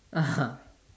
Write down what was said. (uh huh)